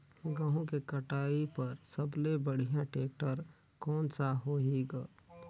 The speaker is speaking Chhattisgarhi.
गहूं के कटाई पर सबले बढ़िया टेक्टर कोन सा होही ग?